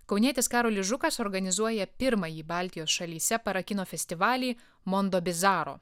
kaunietis karolis žukas organizuoja pirmąjį baltijos šalyse parakino festivalį mondobizaro